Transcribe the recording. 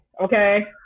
okay